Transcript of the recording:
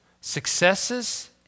successes